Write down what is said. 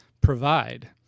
provide